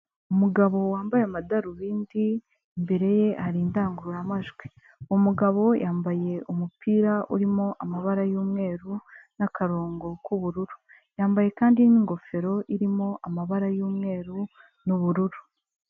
Umugabo wambaye amadarubindi, imbere ye hari indangururamajwi, uwo mugabo yambaye umupira urimo amabara y'umweru n'akarongo k'ubururu, yambaye kandi n'ingofero irimo amabara y'umweru n'ubururu.